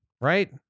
Right